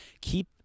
keep